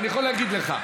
אני אגלה לך.